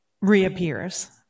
reappears